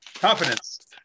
confidence